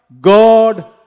God